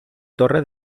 torre